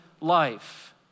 life